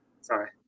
Sorry